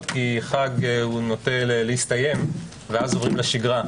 כי חג נוטה להסתיים ואז חוזרים לשגרה.